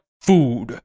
food